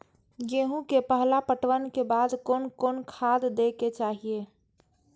गेहूं के पहला पटवन के बाद कोन कौन खाद दे के चाहिए?